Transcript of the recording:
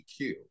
EQ